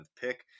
pick